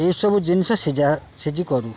ଏଇସବୁ ଜିନିଷ ସିଝା ସିଝି କରୁ